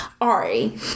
Ari